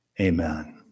Amen